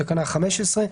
בתקנה 15,